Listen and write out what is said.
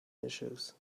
issues